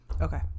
okay